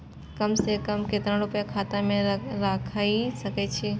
कम से कम केतना रूपया खाता में राइख सके छी?